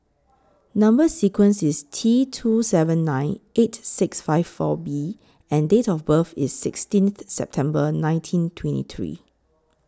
Number sequence IS T two seven nine eight six five four B and Date of birth IS sixteen September nineteen twenty three